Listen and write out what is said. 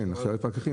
כן, הכשרה לפקחים.